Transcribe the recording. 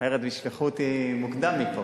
אחרת ישלחו אותי מוקדם מפה.